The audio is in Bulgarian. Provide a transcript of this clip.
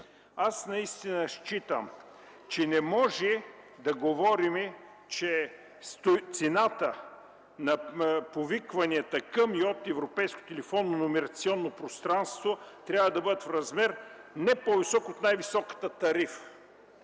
наистина считам, че не може да говорим, че цената на повикванията към и от европейското телефонно номерационно пространство трябва да бъде в размер не по-висок от най-високата тарифа.